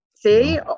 See